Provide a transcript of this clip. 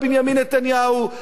שתחליף את נתניהו,